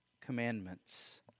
commandments